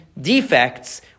defects